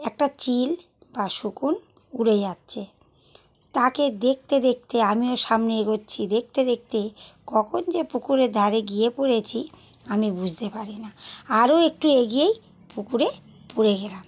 একটা চিল বা শকুন উড়ে যাচ্ছে তাকে দেখতে দেখতে আমিও সামনে এগোচ্ছি দেখতে দেখতে কখন যে পুকুরের ধারে গিয়ে পড়েছি আমি বুঝতে পারি না আরো একটু এগিয়েই পুকুরে পড়ে গেলাম